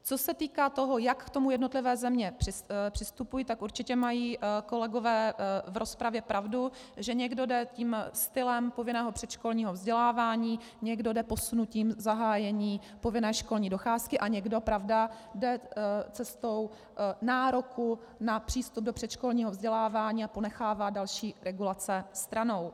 Co se týká toho, jak k tomu jednotlivé země přistupují, tak určitě mají kolegové v rozpravě pravdu, že někdo jde stylem povinného předškolního vzdělávání, někdo jde posunutím zahájení povinné školní docházky a někdo, pravda, jde cestou nároku na přístup do předškolního vzdělávání a ponechává další regulace stranou.